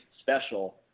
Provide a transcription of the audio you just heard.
special